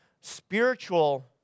spiritual